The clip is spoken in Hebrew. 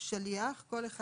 "שליח" כל אחד